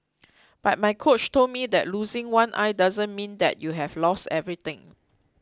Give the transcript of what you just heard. but my coach told me that losing one eye doesn't mean that you've lost everything